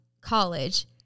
college